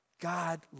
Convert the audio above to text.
God